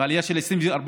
עלייה של 24%,